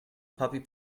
puppy